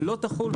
לא תחול.